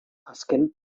azken